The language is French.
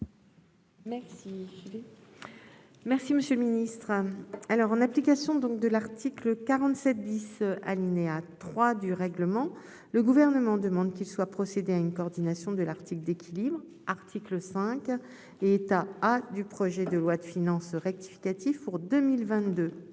seconde partie du texte. En application de l'article 47 , alinéa 3, du règlement du Sénat, le Gouvernement demande qu'il soit procédé à une coordination de l'article d'équilibre, article 5 et état A, du projet de loi de finances rectificative pour 2022.